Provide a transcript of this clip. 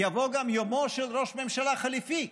יבוא גם יומו של ראש הממשלה החליפי,